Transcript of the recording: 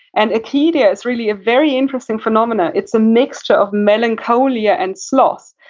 and acedia is really a very interesting phenomenon. it's a mixture of melancholia and, sloth.